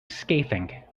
scathing